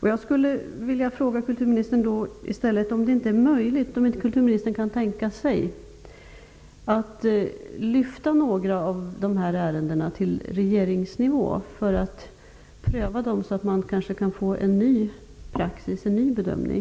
I stället vill jag då fråga om inte kulturministern kan tänka sig att lyfta några av dessa ärenden till regeringsnivå för prövning så att det kan bli en ny praxis och en ny bedömning.